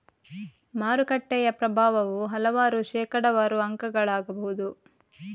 ಮಾರುಕಟ್ಟೆಯ ಪ್ರಭಾವವು ಹಲವಾರು ಶೇಕಡಾವಾರು ಅಂಕಗಳಾಗಬಹುದು